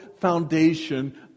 foundation